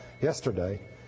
yesterday